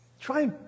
try